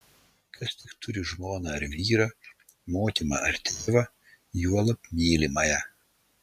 kas tik turi žmoną ar vyrą motiną ar tėvą juolab mylimąją